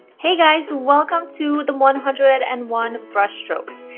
hey guys, welcome to the one hundred and one brush strokes,